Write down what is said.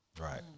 Right